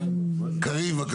קריב.